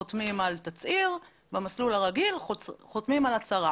חותמים על תצהיר, במסלול הרגיל חותמים על הצהרה.